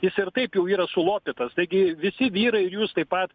jis ir taip jau yra sulopytas taigi visi vyrai jūs taip pat